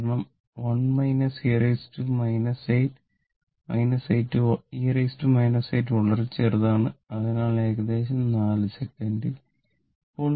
കാരണം 1 e 8 e 8 വളരെ ചെറുതാണ് അതിനാൽ ഏകദേശം 4 സെക്കൻഡ്